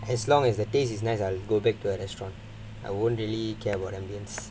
as long as the taste is nice I'll go back to the restaurant I won't really care about ambience